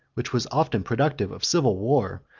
which was often productive of civil war,